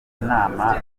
inama